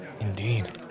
Indeed